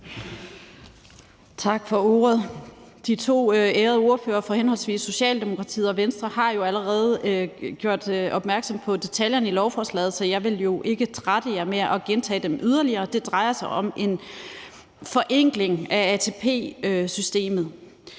De to ærede ordførere fra henholdsvis Socialdemokratiet og Venstre har jo allerede gjort opmærksom på detaljerne i lovforslaget, så jeg vil ikke trætte jer med at gentage dem yderligere. Det drejer sig om en forenkling af ATP-systemet,